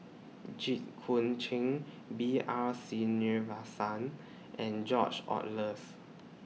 Jit Koon Ch'ng B R Sreenivasan and George Oehlers